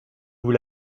vous